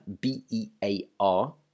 B-E-A-R